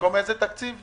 במקום איזה תקציב?